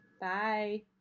Bye